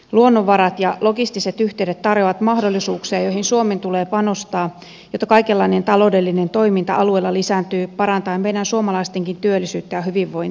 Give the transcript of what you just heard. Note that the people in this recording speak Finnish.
luonnonvarat ja logistiset yhteydet tarjoavat mahdollisuuksia joihin suomen tulee panostaa jotta kaikenlainen taloudellinen toiminta alueella lisääntyy parantaen meidän suomalaistenkin työllisyyttä ja hyvinvointia